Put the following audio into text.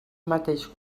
mateix